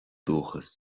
dúchas